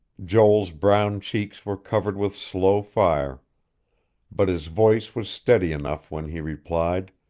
joel's brown cheeks were covered with slow fire but his voice was steady enough when he replied.